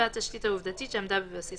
רק אם יש תקלה טכנית וההסכמה צריכה להינתן באמצעות